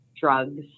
drugs